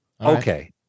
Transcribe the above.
Okay